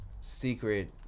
secret